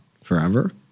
forever